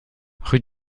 rue